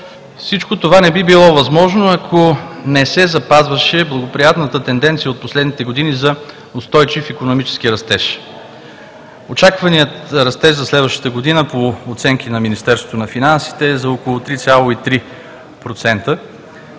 Всичко това не би било възможно, ако не се запазваше благоприятната тенденция от последните години за устойчив икономически растеж. Очакваният растеж за следващата година по оценки на Министерството на финансите е за около 3,3%,